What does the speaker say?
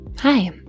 Hi